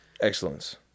Excellence